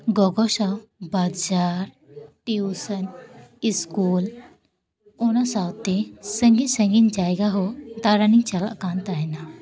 ᱜᱚᱜᱚ ᱥᱟᱶ ᱵᱟᱡᱟᱨ ᱴᱤᱭᱩᱥᱮᱱ ᱤᱥᱠᱩᱞ ᱚᱱᱟᱥᱟᱶᱛᱮ ᱥᱟᱸᱜᱤᱧ ᱥᱟᱸᱜᱤᱧ ᱡᱟᱭᱜᱟ ᱦᱚᱸ ᱫᱟᱬᱟᱱᱤᱧ ᱪᱟᱞᱟᱜ ᱠᱟᱱ ᱛᱟᱦᱮᱸᱱᱟ